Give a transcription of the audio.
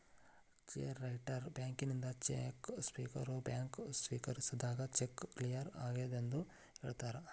check writer ಬ್ಯಾಂಕಿನಿಂದ cheque ಸ್ವೇಕರಿಸೋರ್ bank ಸ್ವೇಕರಿಸಿದಾಗ ಚೆಕ್ ಕ್ಲಿಯರ್ ಆಗೆದಂತ ಹೇಳ್ತಾರ